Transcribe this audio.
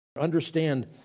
Understand